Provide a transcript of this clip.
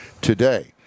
today